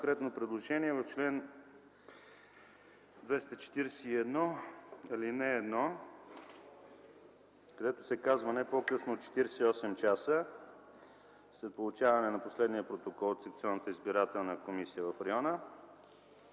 предложение – в чл. 241, ал. 1, където се казва „не по-късно от 48 часа след получаване на последния протокол от секционната избирателна комисия в района”